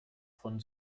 von